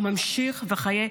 הוא ממשיך וחי,